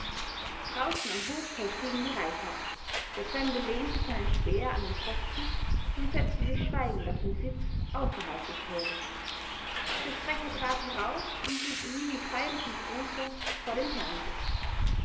draußen am hoftor stiegen die reiter ab der fremde lehnte seinen speer an den pfosten und setzte sich schweigend auf den sitz außerhalb des tores der sprecher trat heraus und lud ihn mit feierlichem gruß vor den herrensitz